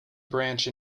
branch